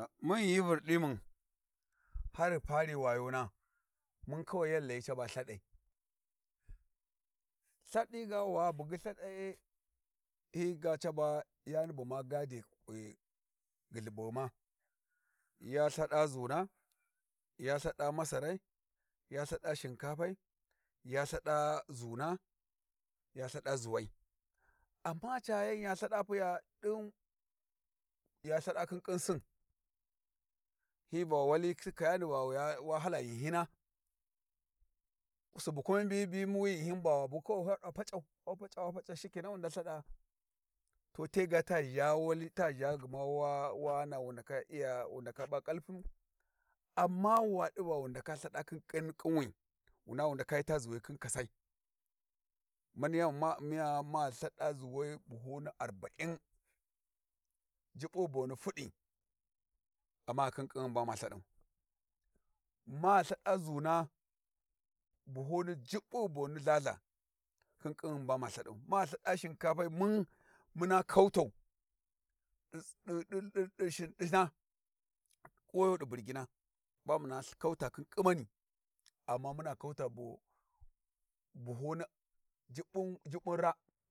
Mun ghi hyi vurdi mun har ghi pari wayona, mun kawai yan ghi layi caba lthadai, lthadi ga wa bugyi lthadai hyi ga caba yani buma gadi kwi ghulhughuma, ya lthaɗa zuna, ya lthaɗa masarai, ya lthaɗa shinkafai, ya lthaɗa zuna, ya lthaɗa zuwai, amma ca yan ya lthaɗa pu yadin ya lthaɗa khin ƙhinsin. Hyi va wali ti kayani va wa hala ghinhina subu kumi mbiyi hyi biyi wi ghinhina va wa bu sai waɗa pac'au wa pac'au wa pac'au wa pacɗa shike nan wu ndaka lthada'a to te ga ta zha wali ta zha wa wa ghana wu ndaka iya'a wu ndaka p'a kalpunu. Amma wa ɗu va wu ndaka lthaɗa khin khin ƙhinwi wu na wu ndaka yita zuwi ya khin kassai mani yan bu ma u'miya ma lthada zuwai buhuni arba'in jubbun boni fudi, amma khin ƙhinghun ba ma lthaɗau, ma lthaɗa zuna buhu ni jubbi boni lhalha khin khinghum ba ma lthaɗau, ma lthaɗa shinkapai mun muna kautau shinɗina kuwayo ɗi burgina muna kauta khin ƙhimani, amma muna katau buhuni juɓɓun juɓɓun raa.